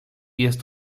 jest